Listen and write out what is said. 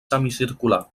semicircular